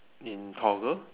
in toggle